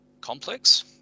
complex